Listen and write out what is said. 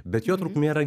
bet jo trukmė yra